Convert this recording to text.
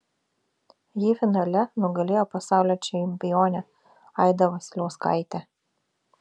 ji finale nugalėjo pasaulio čempionę aidą vasiliauskaitę